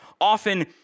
often